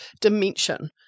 dimension